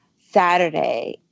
Saturday